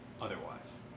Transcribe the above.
otherwise